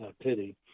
pity